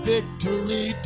Victory